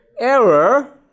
error